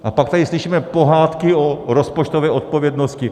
A pak tady slyšíme pohádky o rozpočtové odpovědnosti.